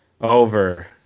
over